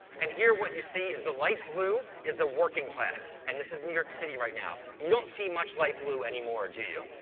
and here what you see is the light blue is the working class. and this is new york city right now. you don't see much light blue anymore, do you?